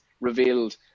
revealed